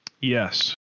yes